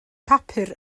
papur